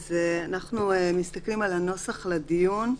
אנחנו מסתכלים על הנוסח לדיון.